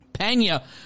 Pena